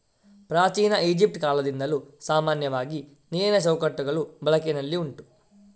ಪ್ರಾಚೀನ ಈಜಿಪ್ಟ್ ಕಾಲದಿಂದಲೂ ಸಾಮಾನ್ಯವಾಗಿ ನೀರಿನ ಚೌಕಟ್ಟುಗಳು ಬಳಕೆನಲ್ಲಿ ಉಂಟು